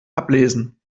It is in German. ablesen